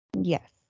Yes